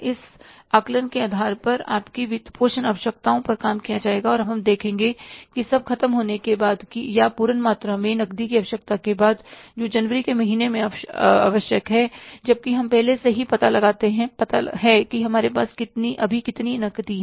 इस आकलन के आधार पर आपकी वित्तपोषण आवश्यकताओं पर काम किया जाएगा और अब हम देखेंगे कि सब खत्म होने के बाद या पूर्ण मात्रा में नकदी की आवश्यकता के बाद जो जनवरी के महीने में आवश्यक है जबकि हमें पहले से ही पता है कि हमारे पास अभी कितनी नकदी है